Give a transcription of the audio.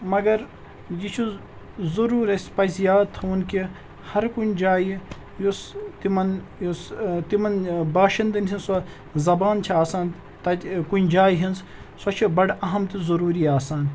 مگر یہِ چھُ ضٔروٗر اَسہِ پَزِ یاد تھاوُن کہِ ہَر کُنہِ جایہِ یُس تِمَن یُس تِمَن باشِندَن ہٕنٛز سۄ زَبان چھِ آسان تَتہِ کُنہِ جایہِ ہِنٛز سۄ چھِ بَڑٕ اَہم تہِ ضٔروٗری آسان